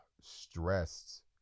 stressed